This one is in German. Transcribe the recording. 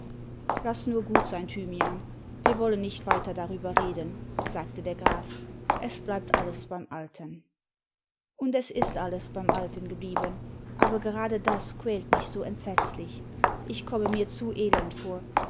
laß nur gut sein thymian wir wollen nicht weiter darüber reden sagte der graf es bleibt alles beim alten und es ist alles beim alten geblieben aber gerade das quält mich so entsetzlich ich komme mir zu elend vor